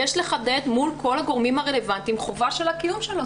יש לחדד מול כל הגורמים הרלוונטיים חובה של הקיום שלו.